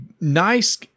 nice